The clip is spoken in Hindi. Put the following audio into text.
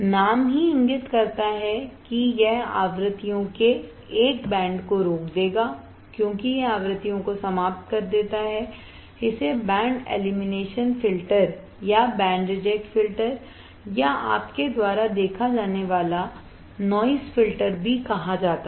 नाम ही इंगित करता है कि यह आवृत्तियों के एक बैंड को रोक देगा क्योंकि यह आवृत्तियों को समाप्त कर देता है इसे बैंड एलिमिनेशन फ़िल्टर या बैंड रिजेक्ट फ़िल्टर या आपके द्वारा देखा जाने वाला नॉइस फ़िल्टर भी कहा जाता है